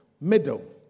middle